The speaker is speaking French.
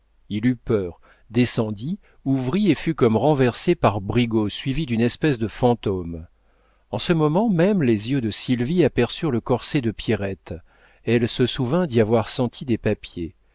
il eut peur descendit ouvrit et fut comme renversé par brigaut suivi d'une espèce de fantôme en ce moment même les yeux de sylvie aperçurent le corset de pierrette elle se souvint d'y avoir senti des papiers